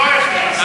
לא איך נכנסים.